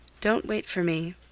don't wait for me,